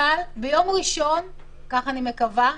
ביום ראשון הבא, כך אני מקווה,